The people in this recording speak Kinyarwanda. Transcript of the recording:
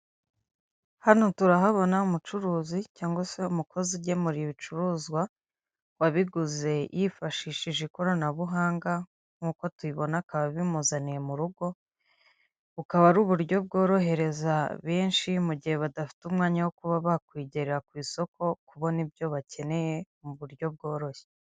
Hano turahabona umucuruzi cyangwa se umukozi ugemura ibicuruzwa wabiguze yifashishije ikoranabuhanga nkuko tubibona akaba bimuzaniye mu rugo bukaba ari uburyo bworohereza benshi mu gihe badafite umwanya wo kuba bakwigerera ku isoko kubona ibyo bakeneye mu buryo bworoshye.